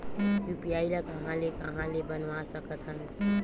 UPI ल कहां ले कहां ले बनवा सकत हन?